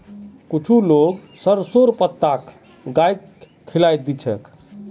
कुछू लोग सरसोंर पत्ता गाइक खिलइ दी छेक